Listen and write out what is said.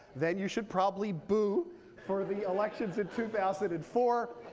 then you should probably boo for the elections in two thousand and four.